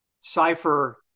cipher